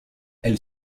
elle